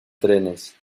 trenes